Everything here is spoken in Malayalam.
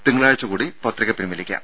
തിങ്കളാഴ്ചകൂടി പത്രിക പിൻവലിക്കാം